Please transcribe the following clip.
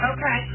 Okay